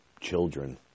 children